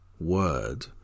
word